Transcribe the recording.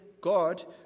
God